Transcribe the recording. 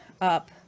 up